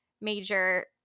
major